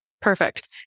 Perfect